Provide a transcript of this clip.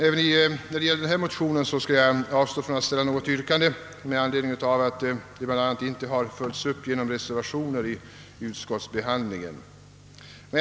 Även när det gäller dessa motioner avstår jag från att ställa något yrkande bl.a. med anledning av att de inte följts upp genom reservationer vid utskottsbehandlingen.